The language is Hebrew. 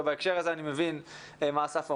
ובהקשר הזה אני מבין מה שאסף אומר,